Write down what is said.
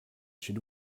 should